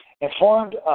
informed